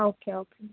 okay okay